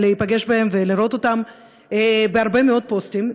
לפגוש בהם ולראות אותם בהרבה מאוד פוסטים.